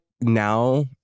now